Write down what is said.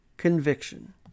conviction